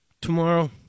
tomorrow